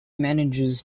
manages